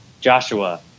Joshua